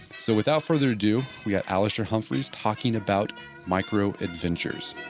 so without further ado we have alastair humphreys talking about microadventures